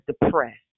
depressed